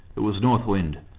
it was north wind.